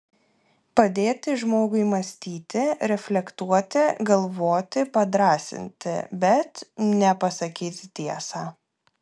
padėti žmogui mąstyti reflektuoti galvoti padrąsinti bet ne pasakyti tiesą